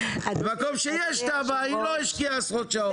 במקום שיש תב"ע היא לא השקיעה עשרות שעות.